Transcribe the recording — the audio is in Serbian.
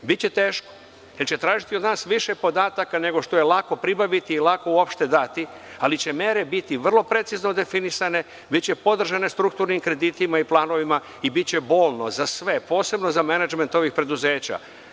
Biće teško jer će tražiti od nas više podataka nego što je lako pribaviti i lako uopšte dati, ali će mere biti vrlo precizno definisane, biće podržane strukturnim kreditima i planovima i biće bolno za sve, posebno za menadžmente ovih preduzeća.